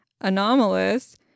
anomalous